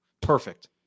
perfect